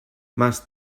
más